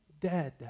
dead